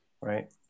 Right